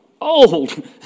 old